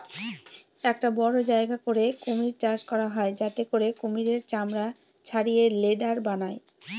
একটা বড়ো জায়গা করে কুমির চাষ করা হয় যাতে করে কুমিরের চামড়া ছাড়িয়ে লেদার বানায়